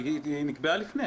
היא נקבעה לפני.